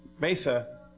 Mesa